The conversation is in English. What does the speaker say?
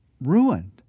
ruined